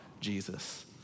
Jesus